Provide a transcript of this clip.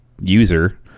user